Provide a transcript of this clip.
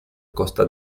costa